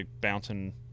bouncing